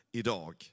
idag